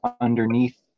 underneath